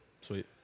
Sweet